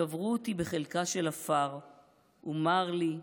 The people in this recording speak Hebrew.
/ קברו אותי בחלקה של עפר // ומר לי,